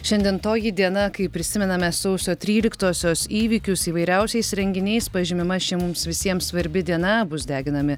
šiandien toji diena kai prisimename sausio tryliktosios įvykius įvairiausiais renginiais pažymima ši mums visiems svarbi diena bus deginami